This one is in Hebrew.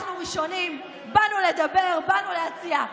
אנחנו ראשונים, באנו לדבר, באנו להציע.